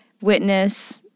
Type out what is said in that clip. witness